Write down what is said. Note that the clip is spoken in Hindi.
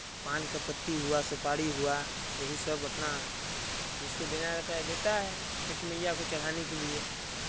पान का पत्ती हुआ सुपारी हुआ एही सब अपना जिसको देना रहता है देता है छठी मैया को चढ़ाने के लिए